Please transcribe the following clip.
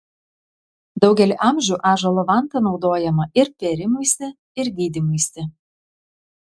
daugelį amžių ąžuolo vanta naudojama ir pėrimuisi ir gydymuisi